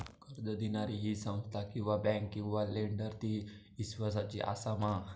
कर्ज दिणारी ही संस्था किवा बँक किवा लेंडर ती इस्वासाची आसा मा?